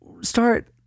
start